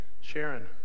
Sharon